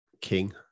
king